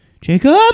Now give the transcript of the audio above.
Jacob